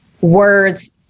words